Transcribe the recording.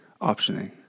optioning